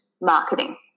marketing